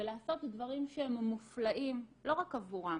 ולעשות דברים שהם מופלאים, לא רק עבורם,